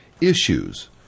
issues